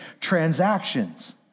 transactions